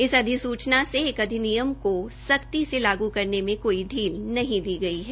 इस अधिसूचना से इस अधिनियम को सख्ती से लागू करने में कोई ढील नहीं दी गई है